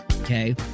okay